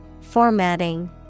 Formatting